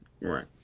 Right